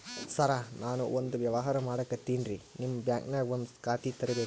ಸರ ನಾನು ಒಂದು ವ್ಯವಹಾರ ಮಾಡಕತಿನ್ರಿ, ನಿಮ್ ಬ್ಯಾಂಕನಗ ಒಂದು ಖಾತ ತೆರಿಬೇಕ್ರಿ?